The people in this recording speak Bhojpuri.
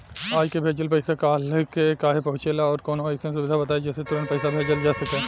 आज के भेजल पैसा कालहे काहे पहुचेला और कौनों अइसन सुविधा बताई जेसे तुरंते पैसा भेजल जा सके?